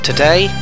Today